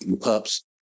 pups